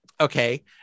okay